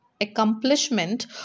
accomplishment